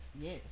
Yes